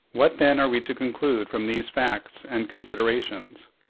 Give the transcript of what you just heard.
what then are we to conclude from these facts and considerations?